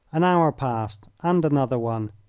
an hour passed and another one,